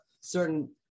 certain